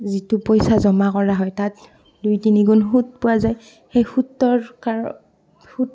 যিটো পইচা জমা কৰা হয় তাত দুই তিনিগুণ সূত পোৱা যায় সেই সূতৰ কাৰ সূত